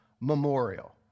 memorial